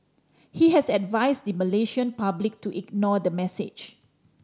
he has advised the Malaysian public to ignore the message